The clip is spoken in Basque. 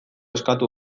eskatu